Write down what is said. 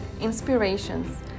inspirations